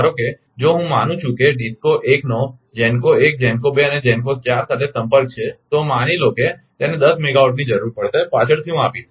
ધારો કે જો હું માનું છું કે DISCO 1 નો GENCO 1 GENCO 2 અને GENCO 4 સાથે સંપર્ક છે તો માની લો કે તેને 10 મેગાવાટની જરૂર પડશે પાછળથી હું આપીશ